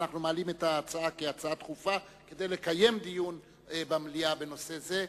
אנחנו מעלים את ההצעה כהצעה דחופה כדי לקיים דיון במליאה בנושא זה.